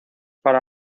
para